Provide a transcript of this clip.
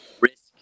risk